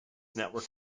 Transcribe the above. network